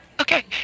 Okay